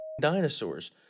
dinosaurs